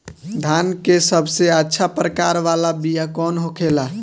धान के सबसे अच्छा प्रकार वाला बीया कौन होखेला?